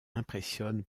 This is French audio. impressionne